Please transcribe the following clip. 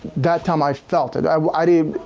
that time i felt it i i did?